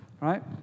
Right